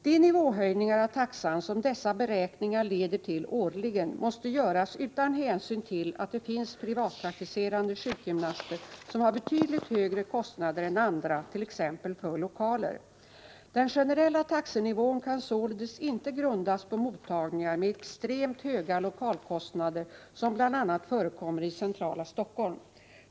De nivåhöjningar av taxan som dessa beräkningar leder till årligen måste göras utan hämsyn till att det finns privatpraktiserande sjukgymnaster som har betydligt högre kostnader än andra, t.ex. för lokaler. Den generella taxenivån kan således inte grundas på mottagningar med extremt höga lokalkostnader som bl.a. förekommer i centrala Stockholm.